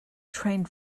trained